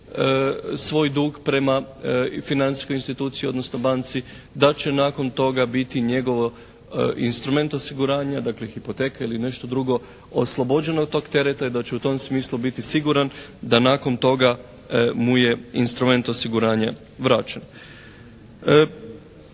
svoj dug prema financijskoj instituciji odnosno banci, da će nakon toga biti njegov instrument osiguranja dakle hipoteka ili nešto drugo oslobođeno od toga tereta i da će u tom smislu biti siguran da nakon toga mu je instrument osiguranja vraćen.